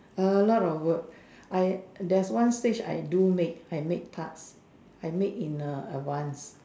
a lot of work I there's one stage I so make I make tarts I make in a advance